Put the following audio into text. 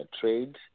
trade